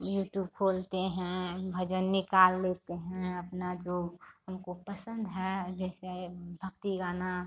YouTube खोलते हैं भजन निकाल लेते हैं अपना जो हमको पसंद है जैसे भक्ति गाना